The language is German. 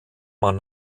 man